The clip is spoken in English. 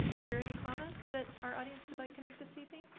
is there any comments that our audience would like to make this evening?